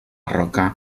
roca